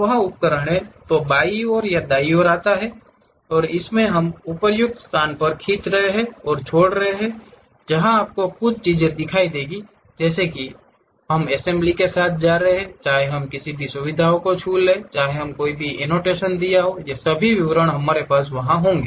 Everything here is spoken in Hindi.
वह उपकरण या तो बाईं ओर या दाईं ओर आता है कि कैसे हम इस उपयुक्त स्थान पर खींच रहे हैं और छोड़ रहे हैं जहां आपको कुछ चीजें दिखाई देंगी जैसे कि हम असेंबली के साथ जा रहे हैं चाहे हम किसी भी सुविधा को छू लें चाहे हम कोई भी एनोटेशन दिया है ये सभी विवरण हमारे पास होंगे